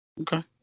Okay